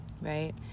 right